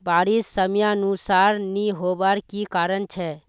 बारिश समयानुसार नी होबार की कारण छे?